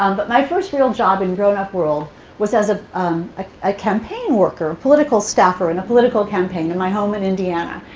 um but my first real job in grown-up world was as a ah ah campaign worker, political staffer in a political campaign in my home in indiana.